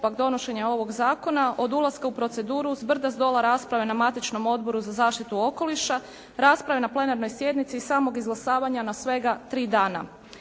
postupak donošenja ovog zakona od ulaska u proceduru s brda s dola rasprave na matičnom Odboru za zaštitu okoliša, rasprave na plenarnoj sjednici i samog izglasavanja na svega tri dana.